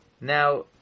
Now